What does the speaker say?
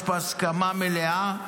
יש פה הסכמה מלאה,